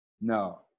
No